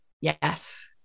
Yes